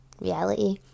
reality